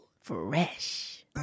Fresh